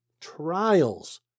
trials